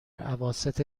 اواسط